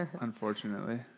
Unfortunately